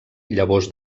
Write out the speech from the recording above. llavors